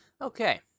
Okay